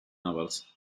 novels